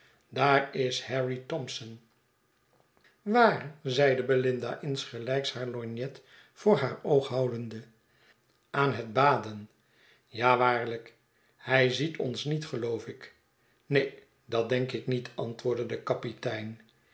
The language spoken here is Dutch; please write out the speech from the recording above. daar is harry thompson waar zeide belinda insgelijks haar lorgnet voor haar oog houdende aan het baden ja waarlijk hij ziet ons niet geloof ik neen dat denk ik niet antwoordde de kapitein